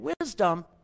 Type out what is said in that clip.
wisdom